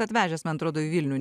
atvežęs man atrodo į vilnių